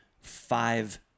five